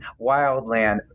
wildland